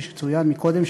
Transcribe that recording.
כפי שצוין מקודם,